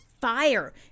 fire